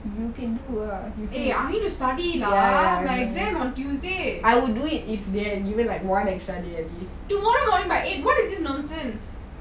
eh I need to study lah my exam on tuesday tomorrow morning by eight what does this nonsense